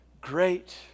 Great